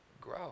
grow